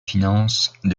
finances